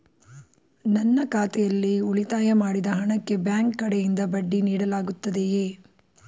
ನನ್ನ ಖಾತೆಯಲ್ಲಿ ಉಳಿತಾಯ ಮಾಡಿದ ಹಣಕ್ಕೆ ಬ್ಯಾಂಕ್ ಕಡೆಯಿಂದ ಬಡ್ಡಿ ನೀಡಲಾಗುತ್ತದೆಯೇ?